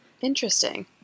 Interesting